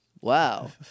wow